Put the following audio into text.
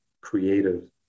creative